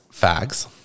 fags